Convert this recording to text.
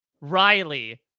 riley